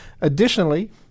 Additionally